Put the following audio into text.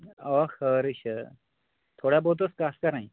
اَو خٲرٕے چھُ تھوڑا بہت ٲس کَتھ کَرٕنۍ